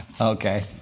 Okay